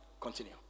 continue